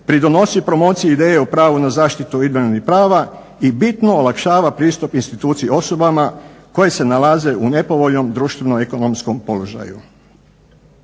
pridonosi promociji ideje o pravu na zaštitu idejnih prava i bitno olakšava pristup instituciji osobama koje se nalaze u nepovoljnom društveno-ekonomskom položaju.